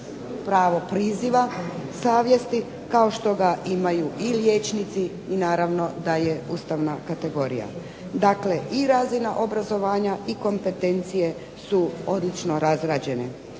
pravo priziva savjesti, kao što ga imaju i liječnici, i naravno da je ustavna kategorija. Dakle i razina obrazovanja i kompetencije su odlično razrađene.